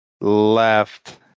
left